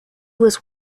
was